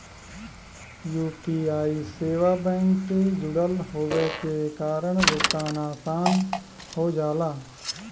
UPI सेवा bank से जुड़ल होये के कारण भुगतान आसान हो जाला